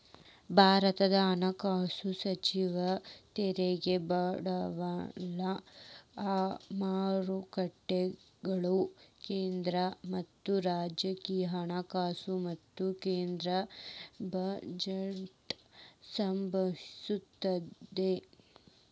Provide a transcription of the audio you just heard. ಭಾರತದ ಹಣಕಾಸು ಸಚಿವಾಲಯ ತೆರಿಗೆ ಬಂಡವಾಳ ಮಾರುಕಟ್ಟೆಗಳು ಕೇಂದ್ರ ಮತ್ತ ರಾಜ್ಯ ಹಣಕಾಸು ಮತ್ತ ಕೇಂದ್ರ ಬಜೆಟ್ಗೆ ಸಂಬಂಧಿಸಿರತ್ತ